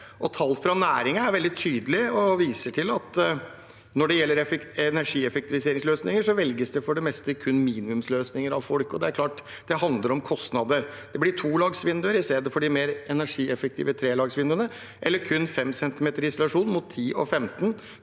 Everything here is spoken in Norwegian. Tall fra næringen er veldig tydelige og viser at når det gjelder energieffektiviseringsløsninger, velger folk for det meste kun minimumsløsninger, og det er klart at det handler om kostnader. Det blir tolagsvinduer i stedet for de mer energieffektive trelagsvinduene, eller kun 5 cm isolasjon mot 10 cm og 15